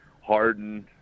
hardened